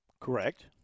Correct